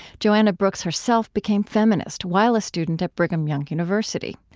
joanna brooks herself became feminist while a student at brigham young university.